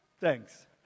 Thanks